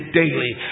daily